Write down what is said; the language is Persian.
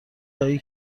خواهی